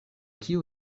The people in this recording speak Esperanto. kio